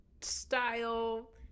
style